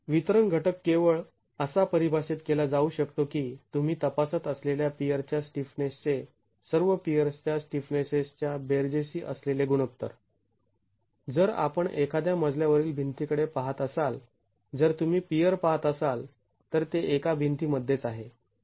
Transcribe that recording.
तर वितरण घटक केवळ असा परिभाषेत केला जाऊ शकतो की तुम्ही तपासत असलेल्या पियर च्या स्टिफनेसचे सर्व पियर्स च्या स्टिफटनेसेसच्या बेरजेशी असलेले गुणोत्तर जर आपण एखाद्या मजल्या वरील भिंतीकडे पाहत असाल जर तुम्ही पियर पाहात असाल तर ते एका भिंती मध्येच आहे